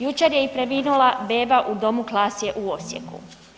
Jučer je i preminula beba u domu Klasje u Osijeku.